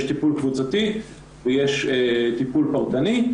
טיפול קבוצתי ויש טיפול פרטני.